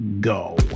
go